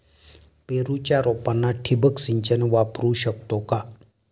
पेरूच्या रोपांना ठिबक सिंचन वापरू शकतो का?